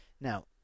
Now